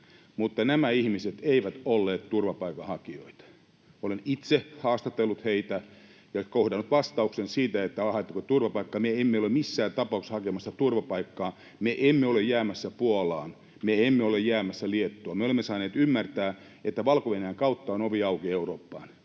mutta nämä ihmiset eivät olleet turvapaikanhakijoita. Olen itse haastatellut heitä ja kohdannut vastauksia siihen, että haetteko turvapaikkaa: ”Me emme ole missään tapauksessa hakemassa turvapaikkaa.” ”Me emme ole jäämässä Puolaan.” ”Me emme ole jäämässä Liettuaan.” ”Me olemme saaneet ymmärtää, että Valko-Venäjän kautta on ovi auki Eurooppaan.”